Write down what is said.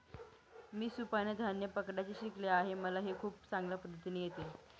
मी सुपाने धान्य पकडायचं शिकले आहे मला हे खूप चांगल्या पद्धतीने येत